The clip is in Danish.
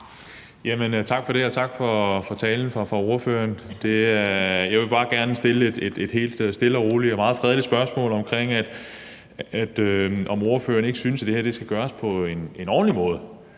Tak for det, og tak til ordføreren for talen. Jeg vil bare gerne stille et helt stille og roligt og meget fredeligt spørgsmål om, om ikke ordføreren synes, at det her skal gøres på en ordentlig måde